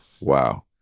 Wow